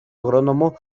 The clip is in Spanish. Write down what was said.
agrónomo